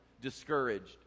discouraged